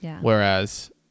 Whereas